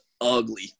ugly